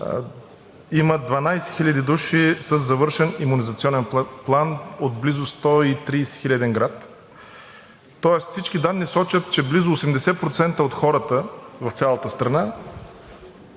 има 12 хиляди души със завършен имунизационен план от близо 130-хиляден град. Тоест всички данни сочат, че близо 80% от хората в цялата страна